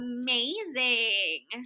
Amazing